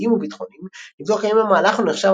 משפטיים וביטחוניים לבדוק האם המהלך לא נחשב